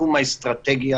בתחום האסטרטגיה